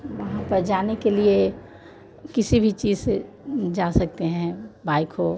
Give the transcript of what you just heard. वहाँ पर जाने के लिए किसी भी चीज़ से जा सकते हैं बाइक हो